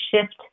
shift